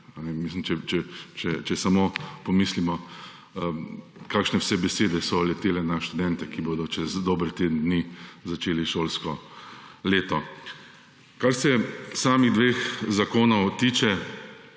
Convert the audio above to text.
Če samo pomislimo, kakšne vse besede so letele na študente, ki bodo čez dober teden dni začeli šolsko leto. Kar se samih dveh zakonov tiče,